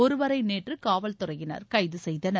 ஒருவரை நேற்று காவல் துறையினர் கைது செய்தனர்